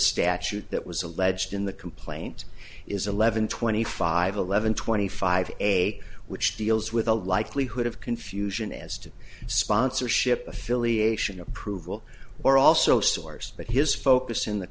statute that was alleged in the complaint is eleven twenty five eleven twenty five a which deals with the likelihood of confusion as to sponsorship affiliation approval or also source but his focus in the